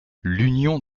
l’union